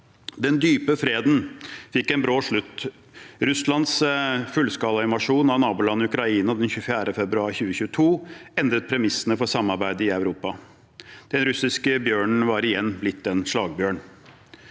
Den dype freden fikk en brå slutt. Russlands fullskalainvasjon av nabolandet Ukraina den 24. februar 2022 endret premissene for samarbeidet i Europa. Den russiske bjørnen var igjen blitt en slagbjørn.